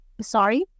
Sorry